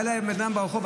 והיה להם ברחוב,